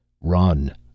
Run